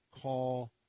call